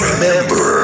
Remember